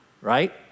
right